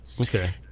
Okay